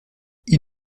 ils